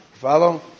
Follow